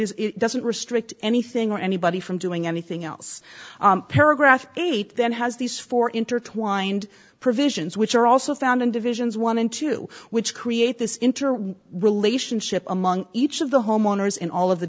s it doesn't restrict anything or anybody from doing anything else paragraph eight then has these four intertwined provisions which are also found in divisions one in two which create this interwoven relationship among each of the homeowners in all of the